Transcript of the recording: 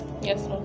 Yes